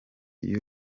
y’u